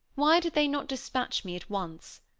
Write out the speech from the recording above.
why did they not dispatch me at once?